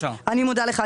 אני מודה לך.